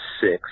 six